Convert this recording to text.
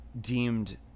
deemed